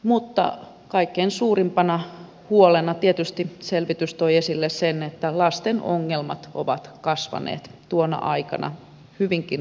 mutta kaikkein suurimpana huolena tietysti selvitys toi esille sen että lasten ongelmat ovat kasvaneet tuona aikana hyvinkin runsaasti